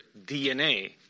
DNA